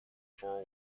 four